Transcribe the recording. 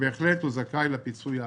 בהחלט הוא זכאי לפיצוי עקיף.